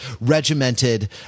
regimented